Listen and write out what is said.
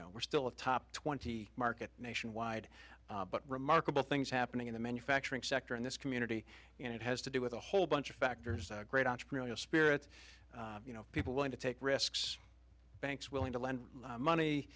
know we're still a top twenty market nationwide but remarkable things happening in the manufacturing sector in this community and it has to do with a whole bunch of factors great entrepreneurial spirit you know people willing to take risks banks willing to lend money